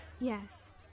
Yes